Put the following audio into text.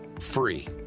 free